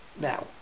Now